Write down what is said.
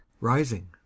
rising